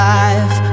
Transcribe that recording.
life